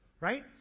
Right